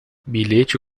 bilhete